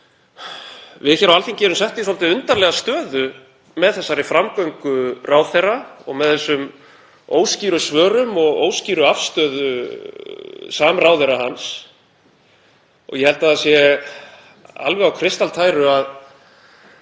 Við á Alþingi erum sett í svolítið undarlega stöðu með þessari framgöngu ráðherra og með þessum óskýru svörum og óskýru afstöðu samráðherra hans og ég held að það sé alveg á kristaltæru að